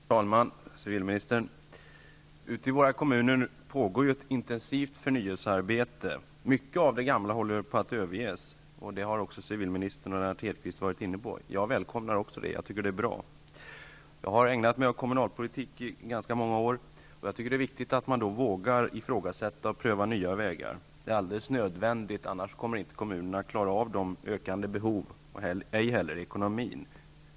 Herr talman! Civilministern! Ute i våra kommuner pågår ett intensivt förnyelsearbete. Mycket av det gamla håller på att överges, och det har också civilministern och Lennart Hedquist tagit upp. Även jag välkomnar detta. Jag tycker att det är bra. Jag har i ganska många år ägnat mig åt kommunalpolitik, och jag tycker att det är viktigt att man vågar ifrågasätta och pröva nya vägar. Det är alldeles nödvändigt, annars kommer inte kommunerna att klara av de ökande behoven och ej heller ekonomin.